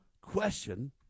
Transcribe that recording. question